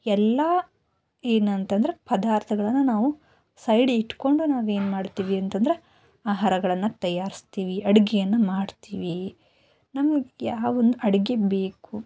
ಎಲ್ಲ ಏನಂತಂದ್ರೆ ಪದಾರ್ಥಗಳನ್ನು ನಾವು ಸೈಡ್ ಇಟ್ಟುಕೊಂಡು ನಾವೇನು ಮಾಡ್ತೀವಿ ಅಂತಂದ್ರೆ ಆಹಾರಗಳನ್ನು ತಯಾರಿಸ್ತೀವಿ ಅಡಿಗೆಯನ್ನ ಮಾಡ್ತೀವಿ ನಮ್ಗೆ ಯಾವೊಂದು ಅಡಿಗೆ ಬೇಕು